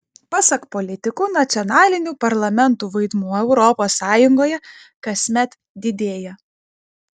pasak politikų nacionalinių parlamentų vaidmuo europos sąjungoje kasmet didėja